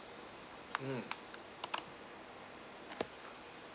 mm